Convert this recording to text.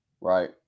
right